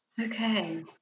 Okay